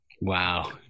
Wow